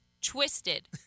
twisted